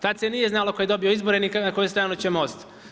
Tad se nije znalo tko je dobio izbore, ni na koju stranu će MOST.